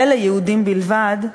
וליהודים בלבד,